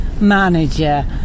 manager